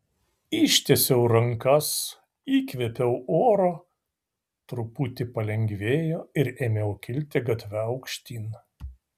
ištiesiau rankas įkvėpiau oro truputį palengvėjo ir ėmiau kilti gatve aukštyn